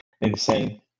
Insane